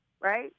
right